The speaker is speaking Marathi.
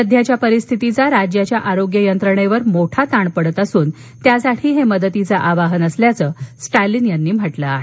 सध्याच्या परिस्थितीचा राज्याच्या आरोग्य यंत्रणेवर मोठा ताण पडत असून त्यासाठी हे मदतीचं आवाहन असल्याचं त्यांनी म्हटलं आहे